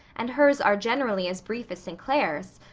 and hers are generally as brief as st. clair's.